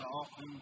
often